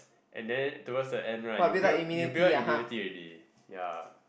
and then towards the end right you build you build up immunity already ya